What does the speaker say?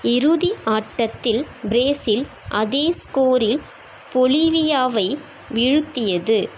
இறுதி ஆட்டத்தில் ப்ரேசில் அதே ஸ்கோரில் பொலிவியாவை வீழ்த்தியது